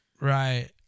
right